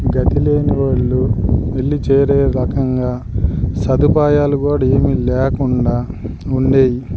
గతి లేని వాళ్ళు వెళ్ళి చేరే రకంగా సదుపాయాలు కూడా ఏమి లేకుండా ఉండేవి